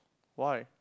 why